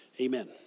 Amen